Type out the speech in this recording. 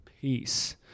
Peace